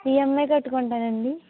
EMI కట్టుకుంటానండి